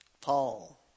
Paul